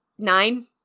Nine